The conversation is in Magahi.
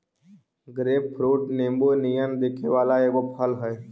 ग्रेपफ्रूट नींबू नियन दिखे वला एगो फल हई